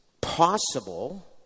possible